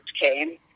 came